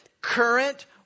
current